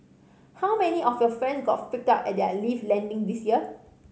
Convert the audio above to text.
how many of your friends got freaked out at their lift landing this year